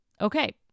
Okay